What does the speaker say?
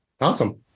Awesome